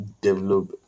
develop